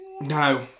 No